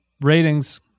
ratings